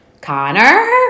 Connor